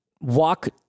walk